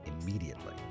immediately